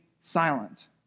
silent